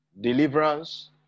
deliverance